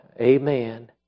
Amen